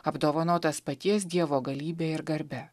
apdovanotas paties dievo galybe ir garbe